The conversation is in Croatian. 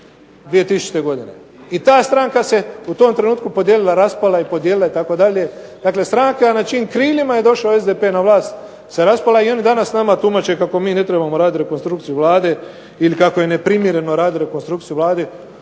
2000. godine. I ta stranka se u tom trenutku podijelila i raspala itd. dakle stranka na čijim krilima je došao SDP na vlast se raspala i oni nama danas tumače kako mi ne trebamo raditi rekonstrukciju Vlade ili kako je neprimjereno raditi rekonstrukciju Vlade.